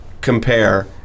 compare